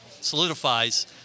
solidifies